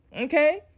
okay